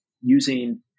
using